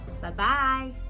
Bye-bye